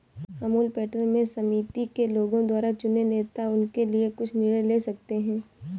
Amul pattern में समिति के लोगों द्वारा चुने नेता उनके लिए कुछ निर्णय ले सकते हैं